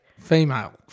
Female